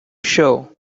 show